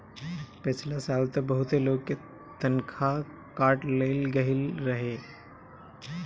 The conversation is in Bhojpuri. पिछला साल तअ बहुते लोग के तनखा काट लेहल गईल रहे